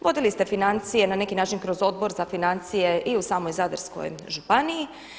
Vodili ste financije na neki način kroz Odbor za financije i u samoj Zadarskoj županiji.